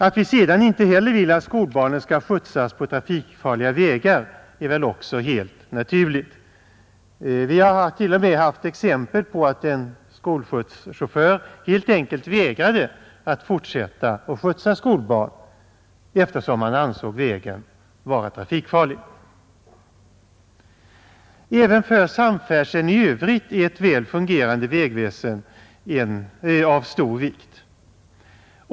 Att vi sedan inte heller vill att skolbarnen skall skjutsas på trafikfarliga vägar är väl helt naturligt. Vi har t.o.m. haft exempel på att en skolskjutschaufför helt enkelt vägrat att fortsätta att skjutsa skolbarn, eftersom han ansett vägen vara trafikfarlig. Även för samfärdseln i övrigt är ett väl fungerande vägväsen av stor vikt.